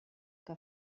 que